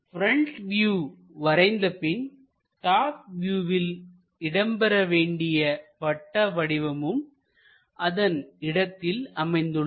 front view வரைந்த பின் top வியூவில் இடம் பெற வேண்டிய வட்ட வடிவமும் அதன் இடத்தில் அமைந்துள்ளது